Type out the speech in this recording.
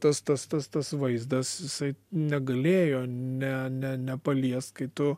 tas tas tas tas vaizdas jisai negalėjo ne ne nepaliest kai tu